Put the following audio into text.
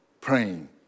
praying